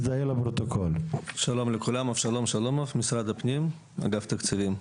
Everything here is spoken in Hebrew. אני ממשרד הפנים, אגף תקציבים.